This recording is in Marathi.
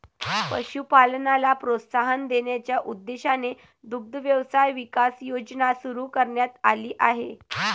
पशुपालनाला प्रोत्साहन देण्याच्या उद्देशाने दुग्ध व्यवसाय विकास योजना सुरू करण्यात आली आहे